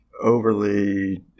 overly